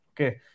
Okay